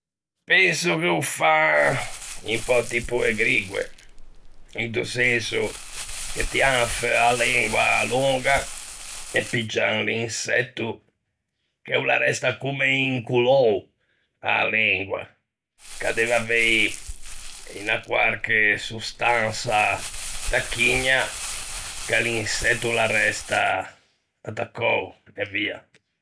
Penso che ô fan un pö tipo e grigue, into senso che tian feuan a lengua longa e piggian l'insetto che o l'arresta comme incollou a-a lengua, ch'a deve avei unna quarche sostansa tacchigna che l'insetto o l'arresta attaccou, e via.